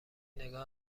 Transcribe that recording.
نگاه